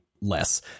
less